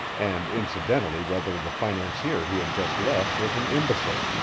and incidentally whether the financier he had just left was an imbecile.